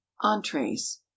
Entrees